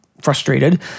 frustrated